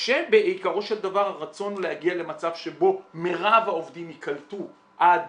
כשבעיקרו של דבר הרצון הוא להגיע למצב שבו מירב העובדים יקלטו עד